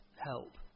help